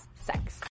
sex